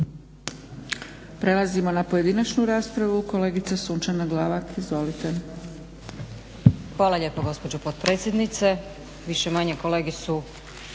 Prelazimo na pojedinačnu raspravu, kolegica Sunčana Glavak. Izvolite. **Glavak, Sunčana (HDZ)** Hvala lijepo gospođo potpredsjednice. Više-manje kolege su